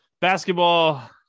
basketball